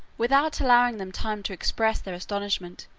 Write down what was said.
without allowing them time to express their astonishment,